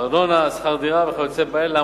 ארנונה, שכר דירה וכיוצא באלה.